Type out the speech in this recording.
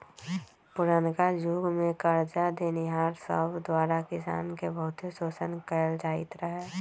पुरनका जुग में करजा देनिहार सब द्वारा किसान के बहुते शोषण कएल जाइत रहै